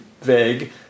vague